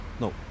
no